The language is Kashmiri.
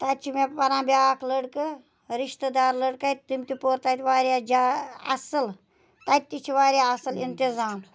تَتہِ چھِ مےٚ پَران بیٛاکھ لٔڑکہٕ رِشتہٕ دار لٔڑکہٕ اَتہِ تِم تہِ پوٚر تَتہِ واریاہ جا اَصٕل تَتہِ تہِ چھِ واریاہ اَصٕل اِنتظام